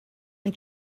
and